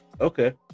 Okay